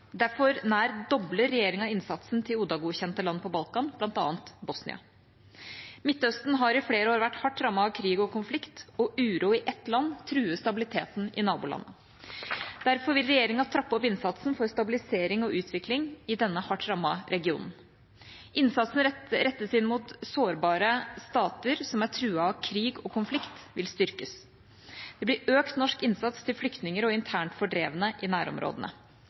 Derfor nær dobler regjeringa innsatsen til ODA-godkjente land på Balkan, bl.a. Bosnia. Midtøsten har i flere år vært hardt rammet av krig og konflikt, og uro i ett land truer stabiliteten i naboland. Derfor vil regjeringa trappe opp innsatsen for stabilisering og utvikling i denne hardt rammede regionen. Innsatsen rettet inn mot sårbare stater som er truet av krig og konflikt, vil styrkes. Det blir økt norsk innsats til flyktninger og internt fordrevne i nærområdene.